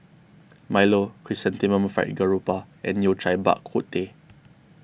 Milo Chrysanthemum Fried Garoupa and Yao Cai Bak Kut Teh